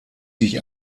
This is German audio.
sich